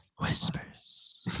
Whispers